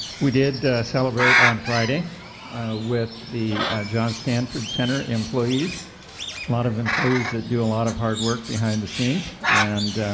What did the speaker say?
we did celebrate on friday with the john stanford center employees, a lot of employees that do a lot of hard work behind the scenes, and